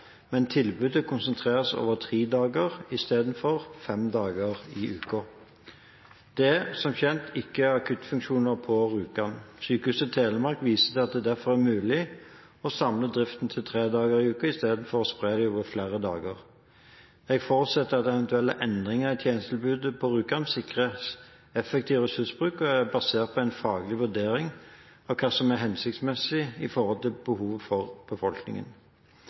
men tilbudet konsentreres over tre dager i stedet for fem dager i uken.» Det er som kjent ikke akuttfunksjoner på Rjukan. Sykehuset Telemark viser til at det derfor er mulig å samle driften til tre dager i uken i stedet for å spre den over flere dager. Jeg forutsetter at eventuelle endringer i tjenestetilbudet på Rjukan sikrer effektiv ressursbruk og er basert på en faglig vurdering av hva som er hensiktsmessig i forhold til behovet i befolkningen.